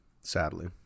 sadly